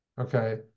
okay